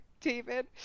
David